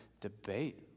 debate